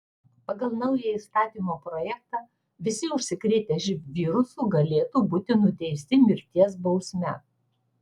pagal naują įstatymo projektą visi užsikrėtę živ virusu galėtų būti nuteisti mirties bausme